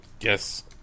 yes